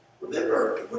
Remember